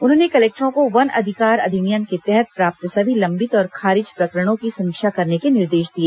उन्होंने कलेक्टरों को वन अधिकार अधिनियम के तहत प्राप्त सभी लंबित और खारिज प्रकरणों की समीक्षा करने के निर्देश दिए